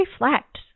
reflect